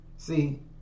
See